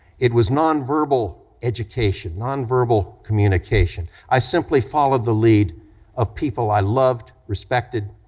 it was nonverbal education, nonverbal communication. i simply followed the lead of people i loved, respected,